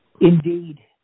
Indeed